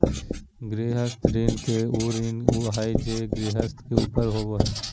गृहस्थ ऋण उ ऋण हइ जे गृहस्थ के ऊपर होबो हइ